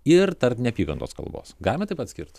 ir tarp neapykantos kalbos galima taip atskirt